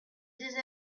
des